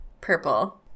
purple